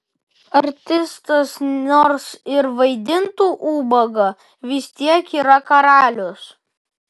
artistas nors ir vaidintų ubagą vis tiek yra karalius